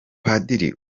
padiri